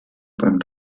beim